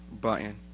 button